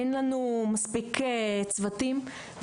אין לנו מספיק צוותים,